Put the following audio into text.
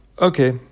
okay